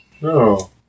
No